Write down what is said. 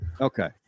Okay